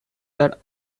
that